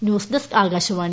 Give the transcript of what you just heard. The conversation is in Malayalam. news desk Akashvani